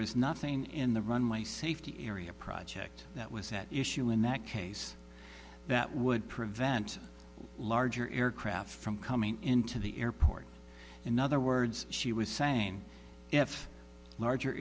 was nothing in the runway safety area project that was at issue in that case that would prevent larger aircraft from coming into the airport in other words she was saying if larger